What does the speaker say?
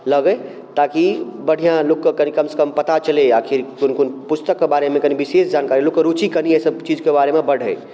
लगै ताकि बढ़िआँ लोकके कनि कमसँ कम पता चलै आखिर कोन कोन पुस्तकके बारेमे कवि विशेष जानकारी लोकके रुचि कनि एहिसब चीजके बारेमे बढ़ै